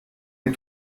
les